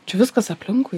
čia viskas aplinkui